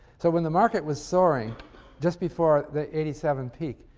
so when the market was soaring just before the eighty seven peak,